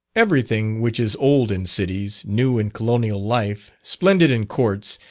every thing which is old in cities, new in colonial life, splendid in courts,